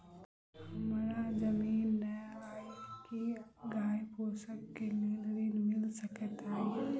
हमरा जमीन नै अई की गाय पोसअ केँ लेल ऋण मिल सकैत अई?